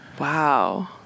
wow